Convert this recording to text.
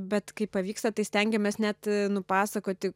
bet kai pavyksta tai stengiamės net nupasakoti